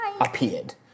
appeared